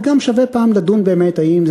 וגם שווה לדון פעם באמת בשאלה אם זה